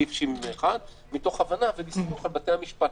בסעיף 71, מתוך הבנה, ולסמוך על בתי המשפט.